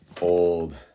old